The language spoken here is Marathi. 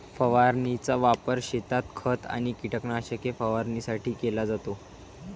फवारणीचा वापर शेतात खत आणि कीटकनाशके फवारणीसाठी केला जातो